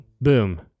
boom